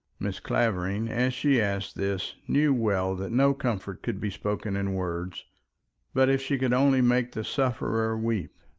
mrs. clavering, as she asked this, knew well that no comfort could be spoken in words but if she could only make the sufferer weep!